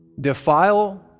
defile